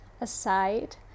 aside